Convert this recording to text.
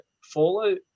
Fallout